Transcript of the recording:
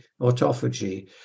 autophagy